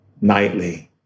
nightly